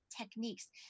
techniques